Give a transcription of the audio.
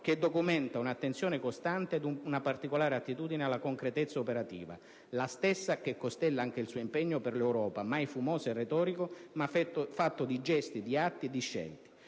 che documenta un'attenzione costante ed una particolare attitudine alla concretezza operativa. La stessa che costella anche il suo impegno per l'Europa, mai fumoso o retorico, ma fatto di gesti, di atti e di scelte.